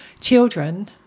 children